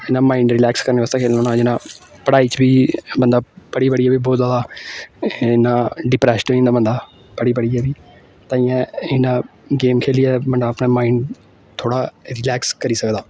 इ'यां mind relax करने खेलना होना जियां पढ़ाई च बी बंदा पढ़ी पढ़ियै बी बहुत जादा इ'यां डिप्रैस्ड होई जंदा बंदा पढ़ी पढ़ियै बी ताइयें इ'यां गेम खेलियै बंदा अपना माइंड थोह्ड़ा रिलैक्स करी सकदा